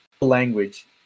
language